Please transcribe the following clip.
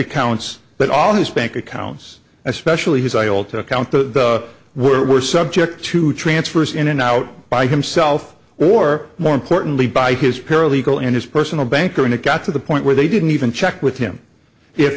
accounts but all his bank accounts especially his eye all to account the were subject to transfers in and out by himself or more importantly by his paralegal and his personal banker and it got to the point where they didn't even check with him